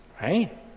right